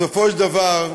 בסופו של דבר,